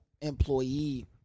employee